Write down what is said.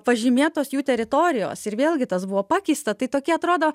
pažymėtos jų teritorijos ir vėlgi tas buvo pakeista tai tokie atrodo